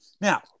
Now